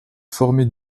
former